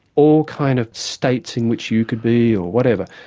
all kind of states in which you could be or whatever,